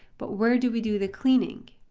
but where do we do the cleaning?